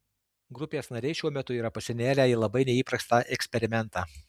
grupės nariai šiuo metu yra pasinėrę į labai neįprastą eksperimentą